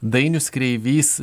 dainius kreivys